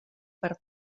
per